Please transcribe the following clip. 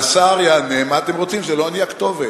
והשר יענה: מה אתם רוצים, לא אני הכתובת.